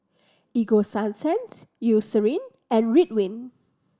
Ego Sunsense Eucerin and Ridwind